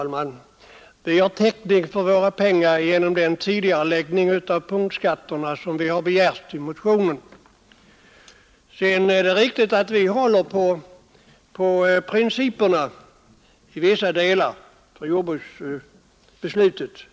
Ärade talman! Vi har täckning för de pengar vi begär genom den tidigareläggning av punktskatterna som vi har krävt i motionen. Det är riktigt att vi i vissa delar håller på principerna för jordbruksbeslutet.